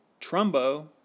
Trumbo